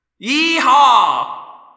Yeehaw